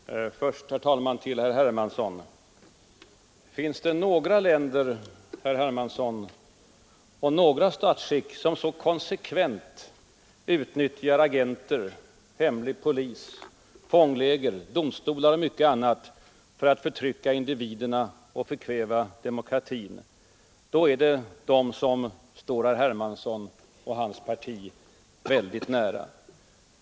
Herr talman! Först vill jag vända mig till herr Hermansson. Finns det några länder, herr Hermansson, och något statsskick som konsekvent utnyttjar agenter, hemlig polis, fångläger, domstolar och mycket annat för att förtrycka individerna och förkväva demokratin så är det de som står herr Hermansson och hans parti väldigt nära.